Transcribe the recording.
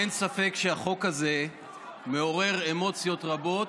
אין ספק שהחוק הזה מעורר אמוציות רבות.